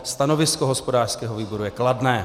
Stanovisko hospodářského výboru je kladné.